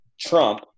Trump